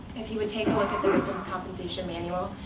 if you would take a look at the victim's compensation manual,